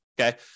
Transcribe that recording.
Okay